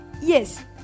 Yes